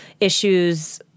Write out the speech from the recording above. issues